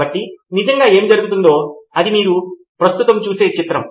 కాబట్టి నిజంగా ఏమి జరిగిందో అది మీరు ప్రస్తుతం చూసే చిత్రం